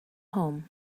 home